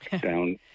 down